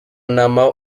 nama